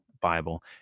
Bible